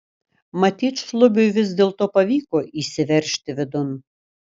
matyt šlubiui vis dėlto pavyko įsiveržti vidun